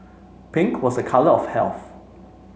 pink was a colour of health